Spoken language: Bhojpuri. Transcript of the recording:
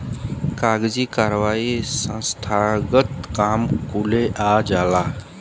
कागजी कारवाही संस्थानगत काम कुले आ जाला